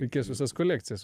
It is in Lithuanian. reikės visas kolekcijas